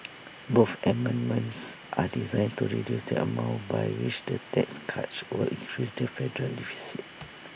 both amendments are designed to reduce the amount by which the tax cuts would increase the different federal deficit